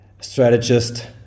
strategist